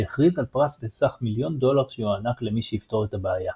שהכריז על פרס בסך מיליון דולר שיוענק למי שיפתור את הבעיה.